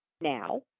Now